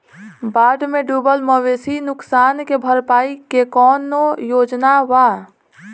बाढ़ में डुबल मवेशी नुकसान के भरपाई के कौनो योजना वा?